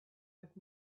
with